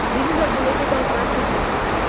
this is ah political persecution.